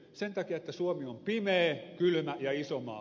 sen takia että suomi on pimeä kylmä ja iso maa